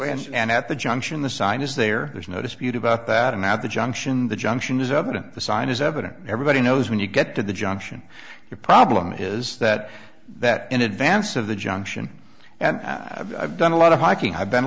planned and at the junction the sign is there there's no dispute about that and at the junction the junction is evident the sign is evident everybody knows when you get to the junction your problem is that that in advance of the junction and i've done a lot of hiking i've been